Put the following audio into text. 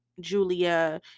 julia